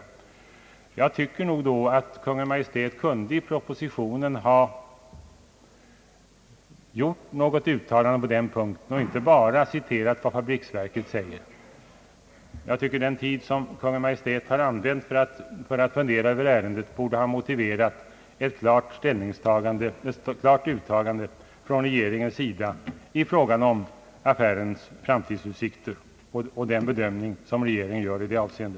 Enligt min uppfattning borde därför Kungl. Maj:t i propositionen ha gjort ett eget uttalande på denna punkt och inte bara citerat vad fabriksverket säger. Den tid Kungl. Maj:t använt för att fundera över ärendet borde ha motiverat ett klart uttalande från regeringen i fråga om affärens framtidsperspektiv och den bedömning regeringen gör i detta avseende.